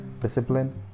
discipline